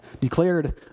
declared